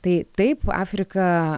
tai taip afrika